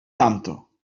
tamto